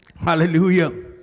Hallelujah